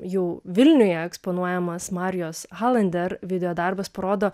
jau vilniuje eksponuojamas marijos halender videodarbas parodo